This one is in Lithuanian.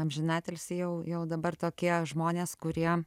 amžinatilsį jau jau dabar tokie žmonės kurie